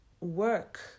work